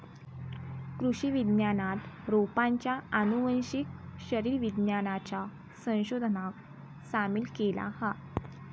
कृषि विज्ञानात रोपांच्या आनुवंशिक शरीर विज्ञानाच्या संशोधनाक सामील केला हा